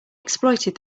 exploited